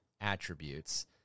attributes